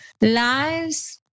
lives